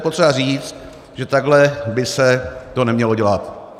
To je potřeba říct, že takhle by se to nemělo dělat.